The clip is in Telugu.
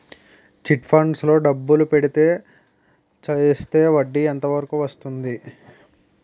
చిట్ ఫండ్స్ లో డబ్బులు పెడితే చేస్తే వడ్డీ ఎంత వరకు వస్తుంది?